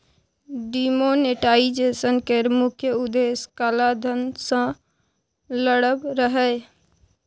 demonetisation केर मुख्य उद्देश्य काला धन सँ लड़ब रहय